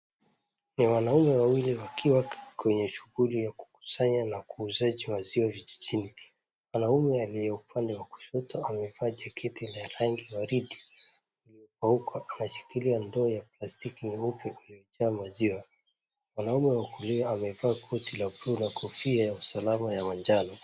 Wanaume wawili wakiwa kwenye shughuli ya kukusanya na kuuza maziwa vijijini. Mwanume aliye upande wa kushoto amekaa kwenye kiti cha rangi waridi iliyokauka, anashikilia ndoo ya plastiki huku imejaa maziwa .Mwanume wa kulia amevaa koti ya usalama ya manjano,